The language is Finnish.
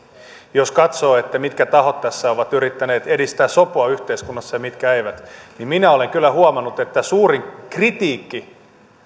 jos katsoo mitkä tahot tässä ovat yrittäneet edistää sopua yhteiskunnassa ja mitkä eivät niin minä olen kyllä huomannut että suurin kritiikki